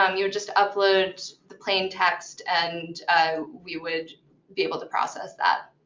um you would just upload the plain text, and we would be able to process that.